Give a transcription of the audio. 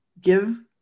give